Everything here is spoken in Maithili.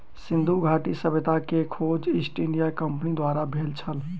सिंधु घाटी सभ्यता के खोज ईस्ट इंडिया कंपनीक द्वारा भेल छल